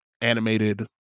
animated